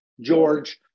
George